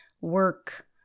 work